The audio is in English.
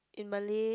in Malay